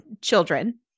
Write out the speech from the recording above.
children